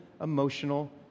emotional